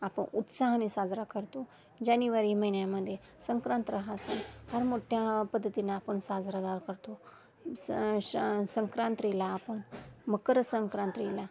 आपण उत्साहाने साजरा करतो जानेवारी महिन्यामध्ये संक्रांत हा सण फार मोठ्या पद्धतीने आपण साजरादार करतो स श संक्रांतीला आपण मकरसंक्रांतीला